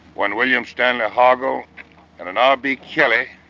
one william stanley hoggle and an r b. kelley